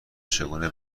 چگونه